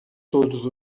todos